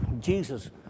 Jesus